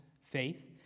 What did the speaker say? faith